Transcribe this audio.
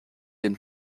dem